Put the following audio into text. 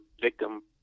victim